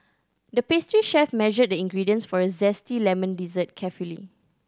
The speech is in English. the pastry chef measured the ingredients for a zesty lemon dessert carefully